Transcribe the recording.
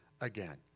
again